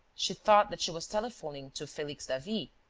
she thought that she was telephoning to felix davey,